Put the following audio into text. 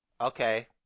Okay